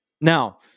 Now